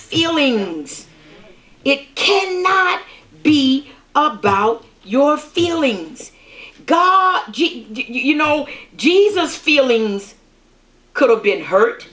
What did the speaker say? feelings it can not be about your feelings guard you know jesus feelings could have been hurt